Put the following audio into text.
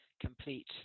complete